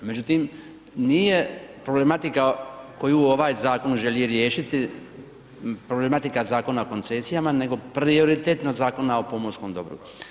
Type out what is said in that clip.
Međutim, nije problematika koju ovaj zakon želi riješiti problematika Zakona o koncesija nego prioritetno Zakona o pomorskom dobru.